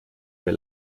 wir